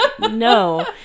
No